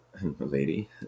lady